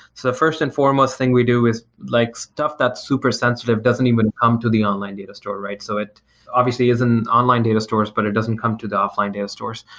the first and foremost thing we do with like stuff that's super sensitive doesn't even come to the online data store. so it obviously is in online data stores, but it doesn't come to the offline data stores.